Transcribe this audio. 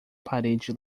parede